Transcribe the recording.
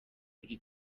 iri